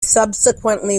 subsequently